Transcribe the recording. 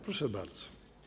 Proszę bardzo.